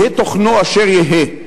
יהא תוכנו אשר יהא,